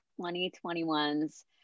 2021's